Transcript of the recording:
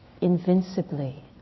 invincibly